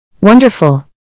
Wonderful